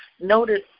noted